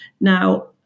Now